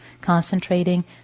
concentrating